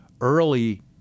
early